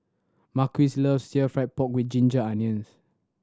Marquis loves still fried pork with ginger onions